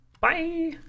Bye